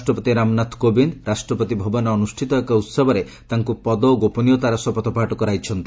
ରାଷ୍ଟ୍ରପତି ରାମନାଥ କୋବିନ୍ଦ୍ ରାଷ୍ଟ୍ରପତି ଭବନରେ ଅନୁଷ୍ଠିତ ଏକ ଉତ୍ସବରେ ତାଙ୍କୁ ପଦ ଓ ଗୋପନୀୟତାର ଶପଥପାଠ କରାଇଛନ୍ତି